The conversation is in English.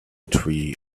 tree